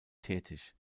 tätig